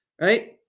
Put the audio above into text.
Right